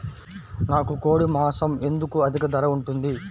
నాకు కోడి మాసం ఎందుకు అధిక ధర ఉంటుంది?